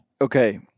okay